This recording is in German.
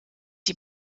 die